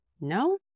No